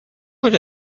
what